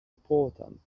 important